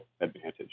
advantage